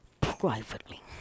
privately